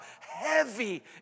heavy